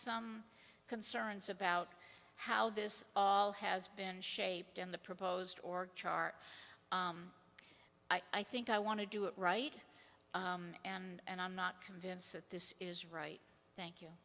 some concerns about how this all has been shaped in the proposed org chart i think i want to do it right and i'm not convinced that this is right thank you